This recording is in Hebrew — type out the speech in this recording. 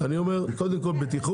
אני אומר, קודם כול בטיחות.